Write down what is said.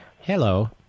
Hello